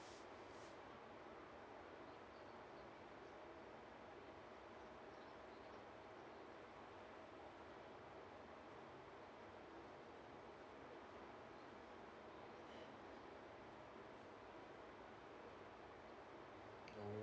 mm